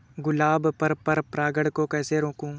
गुलाब में पर परागन को कैसे रोकुं?